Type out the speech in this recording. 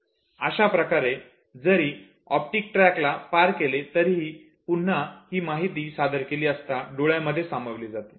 अशाप्रकारे दृश्य माहितीने जरी ऑप्टिक ट्रॅक ला पार केले तरीही पुन्हा ही माहिती सादर केली असता डोळ्यांमध्ये सामावली जाते